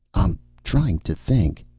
i'm trying to think.